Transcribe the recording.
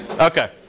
Okay